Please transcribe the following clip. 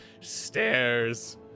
stairs